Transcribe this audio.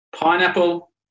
pineapple